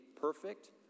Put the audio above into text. perfect